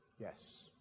Yes